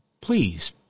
Please